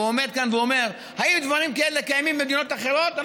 הוא עומד כאן ואומר: האם דברים כאלה קיימים במדינות אחרות?